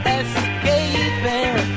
escaping